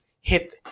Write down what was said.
hit